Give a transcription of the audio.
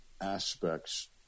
aspects